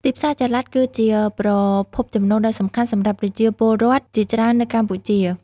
ទីផ្សារចល័តគឺជាប្រភពចំណូលដ៏សំខាន់សម្រាប់ប្រជាពលរដ្ឋជាច្រើននៅកម្ពុជា។